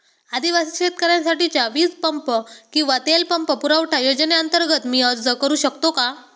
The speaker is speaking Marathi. आदिवासी शेतकऱ्यांसाठीच्या वीज पंप किंवा तेल पंप पुरवठा योजनेअंतर्गत मी अर्ज करू शकतो का?